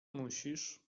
musisz